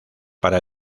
para